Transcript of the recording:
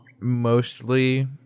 mostly